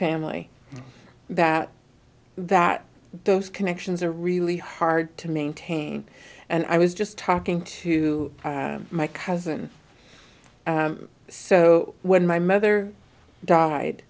family that that those connections are really hard to maintain and i was just talking to my cousin so when my mother